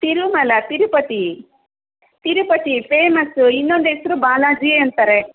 Tirumala Tirupati Tirupati famous ಇನ್ನೊಂದು ಹೆಸ್ರು ಬಾಲಾಜಿ ಅಂತಾರೆ